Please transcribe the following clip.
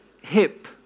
hip